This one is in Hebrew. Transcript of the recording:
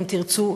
אם תרצו,